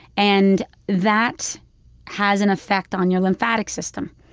and that has an effect on your lymphatic system.